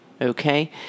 okay